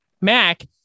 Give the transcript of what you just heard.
Mac